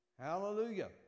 Hallelujah